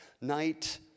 night